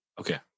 Okay